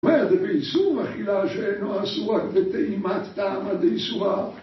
זאת אומרת, באיסור אכילה שאינו אסורה רק בטעימת טעמא דאיסורה